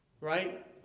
Right